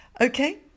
Okay